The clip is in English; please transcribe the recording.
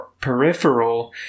peripheral